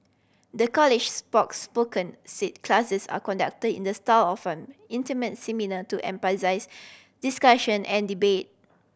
the college's spoke spoken said classes are conduct in the style often intimate seminar to emphasise discussion and debate